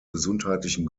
gesundheitlichen